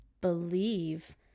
believe